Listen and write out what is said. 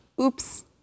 oops